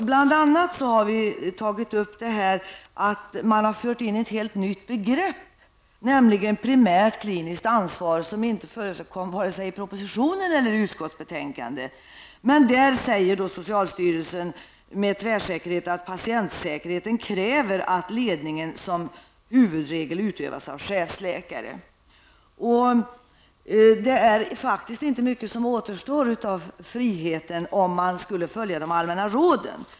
Bl.a. har vi tagit upp att man har fört in ett helt nytt begrepp, nämligen primärt kliniskt ansvar, som inte förekom vare sig i propositionen eller i utskottsbetänkandet. Socialstyrelsen säger med tvärsäkerhet att som huvudregel kräver patientsäkerheten att ledningen utövas av chefsläkare. Det är faktiskt inte mycket som återstår av friheten om man skulle följa de allmänna råden.